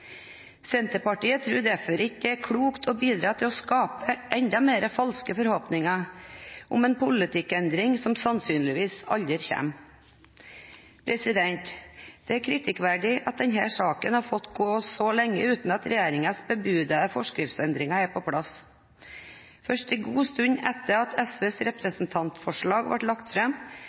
Senterpartiet tror det derfor ikke er klokt å bidra til å skape enda flere falske forhåpninger om en politikkendring som sannsynligvis aldri kommer. Det er kritikkverdig at denne saken har fått gå så lenge uten at regjeringens bebudede forskriftsendringer er på plass. Først en god stund etter at SVs representantforslag ble lagt